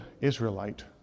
Israelite